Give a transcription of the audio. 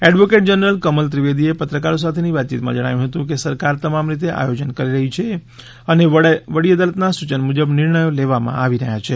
advocate general Kamal ત્રિવેદીએ પત્રકારો સાથેની વાતચીતમાં જણાવ્યું હતું કે સરકાર તમામ રીતે આયોજન કરી રહી છે અને વડી અદાલતના સૂચન મુજબ નિર્ણયો લેવામાં આવી રહ્યા છે